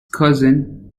cousin